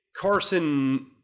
Carson